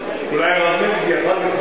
אולי הרב מרגי אחר כך ירצה,